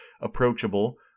approachable